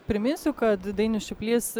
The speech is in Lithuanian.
priminsiu kad dainius čiuplys